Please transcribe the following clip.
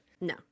No